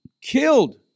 killed